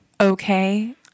Okay